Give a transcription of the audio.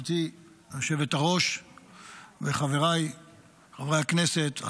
גברתי היושבת-ראש וחבריי חברי הכנסת,